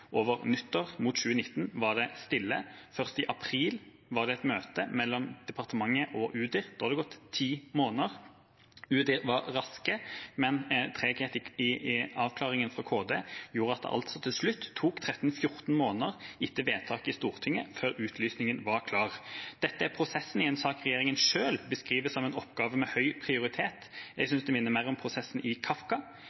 Over nyttår mot 2019 var det stille. Først i april var det et møte mellom departementet og Utdanningsdirektoratet. Da hadde det gått ti måneder. Utdanningsdirektoratet var raske, men treghet i avklaringen fra Kunnskapsdepartementet gjorde at det altså til slutt tok 13–14 måneder etter vedtaket i Stortinget før utlysningen var klar. Dette er prosessen i en sak regjeringa selv beskriver som en oppgave med høy prioritet. Jeg